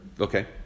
Okay